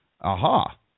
aha